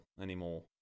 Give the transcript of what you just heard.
anymore